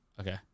Okay